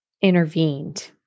intervened